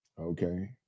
Okay